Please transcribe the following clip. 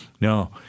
No